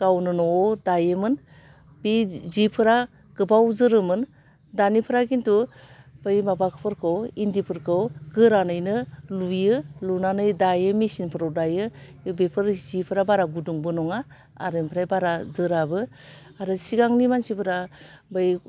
गावनो न'वाव दायोमोन बे जिफोरा गोबाव जोरोमोन दानिफ्रा खिन्थु बै माबाफोरखौ इन्दिफोरखौ गोरानैनो लुयो लुनानै दायो मेचिनफ्राव दायो बे बेफोर जिफोरा बारा गुदुंबो नङा आरो ओमफ्राय बारा जोराबो आरो सिगांनि मानसिफोरा बै